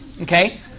Okay